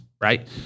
right